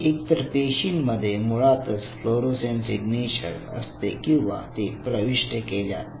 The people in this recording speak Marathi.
एक तर पेशीमध्ये मुळातच फ्लोरोसेंट सिग्नेचर असते किंवा ते प्रविष्ट केल्या जाते